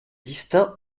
distincts